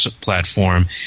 platform